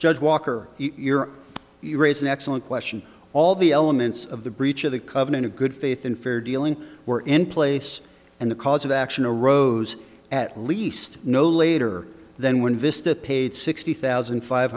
judge walker you're you raise an excellent question all the elements of the breach of the covenant of good faith and fair dealing were in place and the cause of action a rose at least no later than when vista paid sixty thousand five